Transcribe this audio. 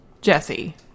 Jesse